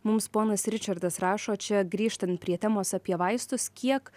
mums ponas ričardas rašo čia grįžtant prie temos apie vaistus kiek